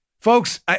Folks